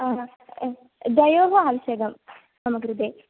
द्वयोः अवश्यकं मम कृते